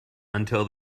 until